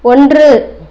ஒன்று